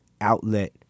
outlet